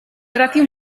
racing